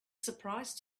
surprise